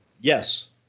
Yes